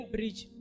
Bridge